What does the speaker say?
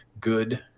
good